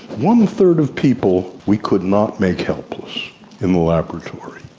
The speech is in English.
one third of people we could not make helpless in the laboratory.